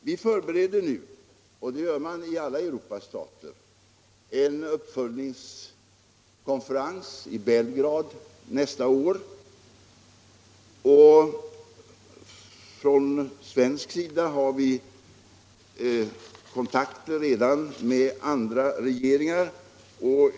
Vi förbereder nu — och det gör man i alla Europas stater — en uppföljningskonferens i Belgrad nästa år, och från svensk sida har vi redan kontakter med andra regeringar.